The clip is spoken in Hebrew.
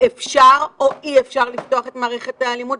אפשר או אי אפשר לפתוח את מערכת החינוך.